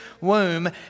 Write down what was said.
womb